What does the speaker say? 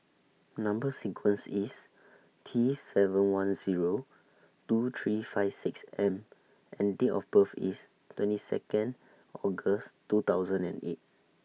Number sequence IS T seven one Zero two three five six M and Date of birth IS twenty two August two thousand and eight